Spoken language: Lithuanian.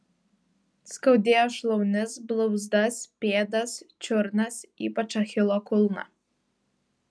skaudėjo šlaunis blauzdas pėdas čiurnas ypač achilo kulną